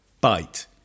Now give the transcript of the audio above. bite